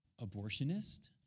abortionist